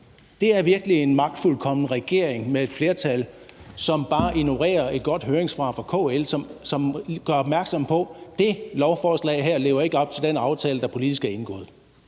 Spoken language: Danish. Det er virkelig en magtfuldkommen regering med et flertal, som bare ignorerer et godt høringssvar fra KL, som gør opmærksom på, at det her lovforslag ikke lever op til den aftale, der politisk er indgået.